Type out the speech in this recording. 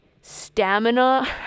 stamina